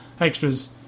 extras